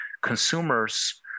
consumers